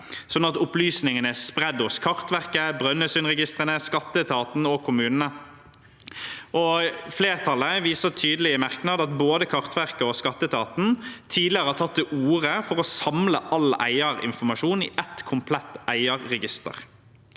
sånn at opplysningene er spredd hos Kartverket, Brønnøysundregistrene, skatteetaten og kommunene. Flertallet viser tydelig i merknadene at både Kartverket og skatteetaten tidligere har tatt til orde for å samle all eierinformasjon i et komplett eierregister.